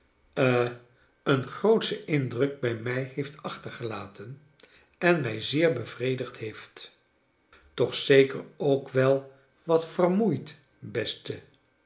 een grootschen indruk bij mij heeft achtergelaten en mij zeer bevredigd heeft toch zeker ook wel wat vermoeid beste